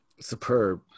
superb